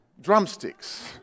drumsticks